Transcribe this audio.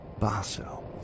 Basso